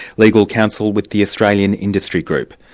legal counsel with the australian industry group,